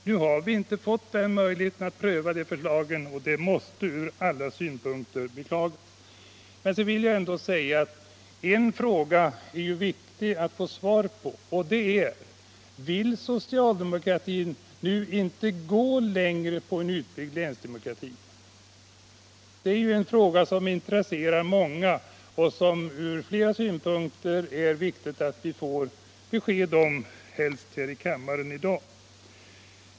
Nu har vi inte fått möjlighet att pröva ett sådant förslag, och det måste ur alla synpunkter beklagas. En fråga är viktig att få svar på, nämligen: Vill socialdemokratin nu inte gå längre mot en utbyggd länsdemokrati? Det är en fråga som intresserar många och som det är viktigt att vi får besked om, helst här i kammaren i dag.